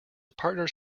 partners